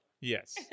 Yes